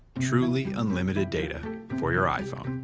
truly unlimited data for your iphone.